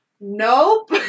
nope